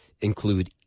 include